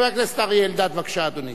חבר הכנסת אריה אלדד, בבקשה, אדוני.